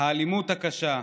האלימות הקשה,